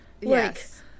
yes